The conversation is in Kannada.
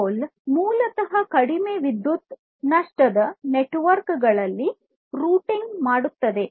ರೋಲ್ ಮೂಲತಃ ಕಡಿಮೆ ವಿದ್ಯುತ್ ನಷ್ಟದ ನೆಟ್ವರ್ಕ್ ಗಳಲ್ಲಿ ರೂಟಿಂಗ್ ಮಾಡುತ್ತದೆ